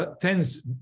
tens